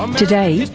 um today,